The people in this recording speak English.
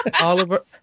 Oliver